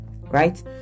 right